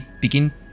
begin